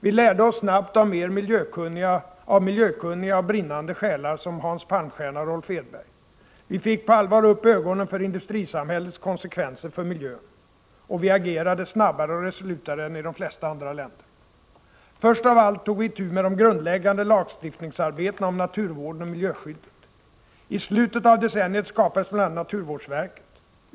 Vi lärde oss snabbt mer av miljökunniga och brinnande själar som Hans Palmstierna och Rolf Edberg. Vi fick på allvar upp ögonen för industrisamhällets konsekvenser för miljön; och vi agerade — snabbare och resolutare än i de flesta andra länder. Först av allt tog vi itu med den grundläggande lagstiftningen om naturvården och miljöskyddet. I slutet av decenniet skapades bl.a. naturvårdsverket.